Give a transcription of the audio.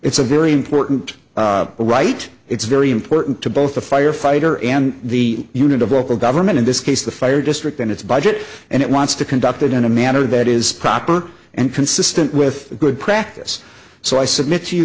it's a very important right it's very important to both the firefighter and the unit of local government in this case the fire district and its budget and it wants to conduct that in a manner that is proper and consistent with good practice so i submit to you